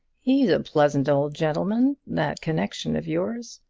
he's a pleasant old gentleman, that connection of yours!